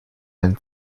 ein